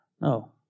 no